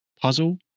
puzzle